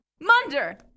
Munder